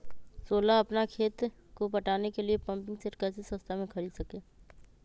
सोलह अपना खेत को पटाने के लिए पम्पिंग सेट कैसे सस्ता मे खरीद सके?